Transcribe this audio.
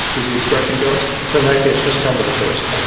as the expression goes. so, in that case, just tell me the first.